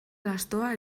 lastoa